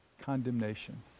condemnation